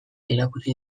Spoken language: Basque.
erakutsi